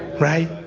Right